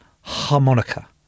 harmonica